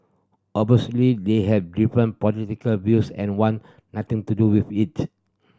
obviously they have different political views and want nothing to do with it